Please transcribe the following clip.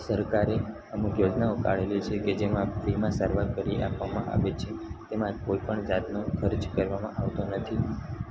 સરકારે અમુક યોજનાઓ કાઢેલી છે કે જેમાં ફ્રીમાં સારવાર કરી આપવામાં આવે છે તેમાં કોઈપણ જાતનો ખર્ચ કરવામાં આવતો નથી